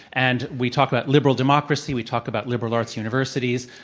and we talk about liberal democracy, we talk about liberal arts universities.